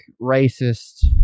racist